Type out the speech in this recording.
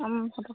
হ'ব